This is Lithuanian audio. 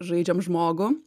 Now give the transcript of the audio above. žaidžiam žmogų